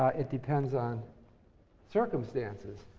ah it depends on circumstances.